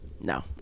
No